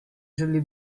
želi